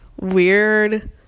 weird